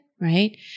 right